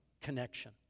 connection